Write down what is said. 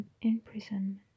imprisonment